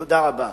תודה רבה.